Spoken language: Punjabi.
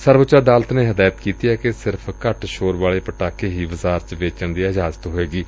ਸਰਵਉੱਚ ਅਦਾਲਤ ਨੇ ਹਦਾਇਤ ਕੀਤੀ ਏ ਕਿ ਸਿਰਫ਼ ਘੱਟ ਸ਼ੋਰ ਵਾਲੇ ਪਟਾਕੇ ਹੀ ਬਾਜ਼ਾਰ ਚ ਵੇਚਣ ਦੀ ਇਜਾਜ਼ਤ ਹੋਵੇਗੀ